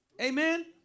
Amen